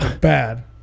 Bad